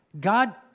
God